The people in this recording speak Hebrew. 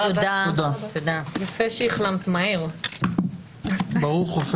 הישיבה ננעלה בשעה